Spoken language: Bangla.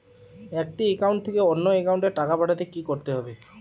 একটি একাউন্ট থেকে অন্য একাউন্টে টাকা পাঠাতে কি করতে হবে?